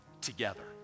together